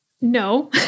No